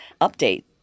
Update